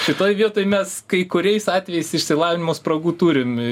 šitoj vietoj mes kai kuriais atvejais išsilavinimo spragų turim